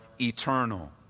eternal